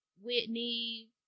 Whitney